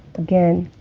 again,